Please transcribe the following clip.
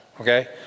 okay